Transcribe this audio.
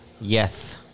Yes